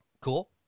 Cool